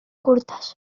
curtes